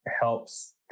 helps